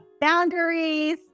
boundaries